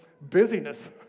busyness